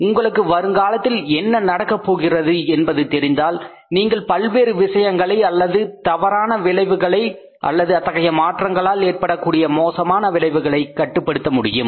உங்களுக்கு வருங்காலத்தில் என்ன நடக்கப் போகின்றது என்பது தெரிந்தால் நீங்கள் பல்வேறு விஷயங்களை அல்லது தவறான விளைவுகளை அல்லது அத்தகைய மாற்றங்களால் ஏற்படக்கூடிய மோசமான விளைவுகளை கட்டுப்படுத்த முடியும்